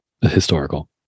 historical